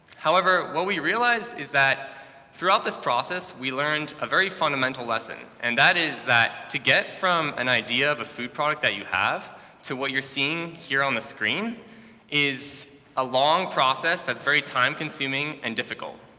however, what we realized is that throughout this process, we learned a very fundamental lesson, and that is that to get from an idea of a food product that you have to what you're seeing here on the screen is a long process that that's very time consuming and difficult.